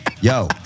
Yo